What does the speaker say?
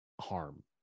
harm